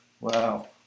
Wow